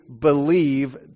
believe